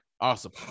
awesome